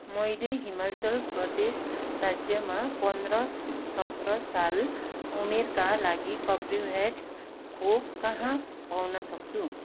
मैले हिमाचल प्रदेश राज्यमा पन्ध्र सत्र साल उमेरका लागि कर्बीभ्याक्स खोप कहाँ पाउन सक्छु